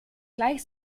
gleich